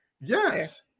Yes